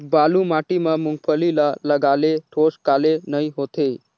बालू माटी मा मुंगफली ला लगाले ठोस काले नइ होथे?